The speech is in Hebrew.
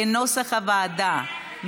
כנוסח הוועדה.